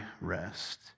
rest